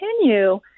continue